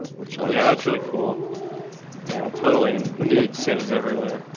which i yeah, that's really cool and totally renewed sims everywhere